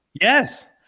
Yes